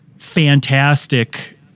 fantastic